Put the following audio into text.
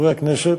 חברי הכנסת,